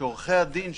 שעורכי הדין שמוסמכים,